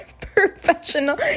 professional